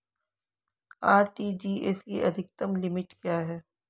RTGS की अधिकतम limit क्या है?